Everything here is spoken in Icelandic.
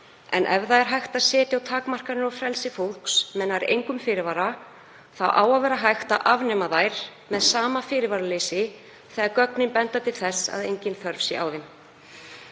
En ef það er hægt að setja takmarkanir á frelsi fólks með nær engum fyrirvara þá á að vera hægt að afnema þær með sama fyrirvaraleysi þegar gögnin benda til þess að engin þörf sé á þeim.